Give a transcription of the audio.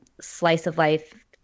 slice-of-life